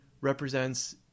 represents